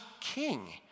king